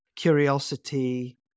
curiosity